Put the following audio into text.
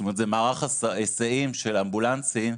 מערך היסעים של אמבולנסים,